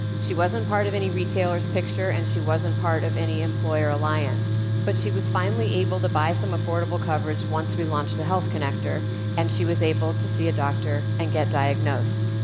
she wasn't part of any retailer's picture and she wasn't part of any employer alliance. but she was finally able to buy some affordable coverage once we launched the health connector and she was able to see a doctor and get diagnosed.